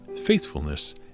faithfulness